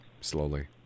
Slowly